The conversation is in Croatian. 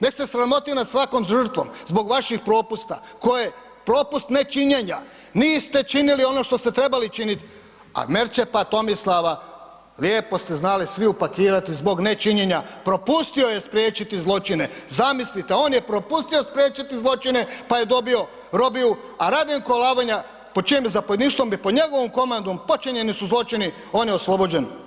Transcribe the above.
Nek' se sramoti nad svakom žrtvom zbog vaših propusta koje propust nečinjenja niste činili ono što ste trebali činit', a Merčepa Tomislava lijepo ste znali svi upakirati zbog nečinjenja, propustio je spriječiti zločine, zamislite on je propustio spriječiti zločine pa je dobio robiju, a Radenko Alavanja pod čijem je zapovjedništvom i pod njegovom komandom počinjeni su zločini, on je oslobođen.